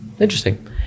interesting